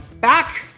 back